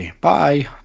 Bye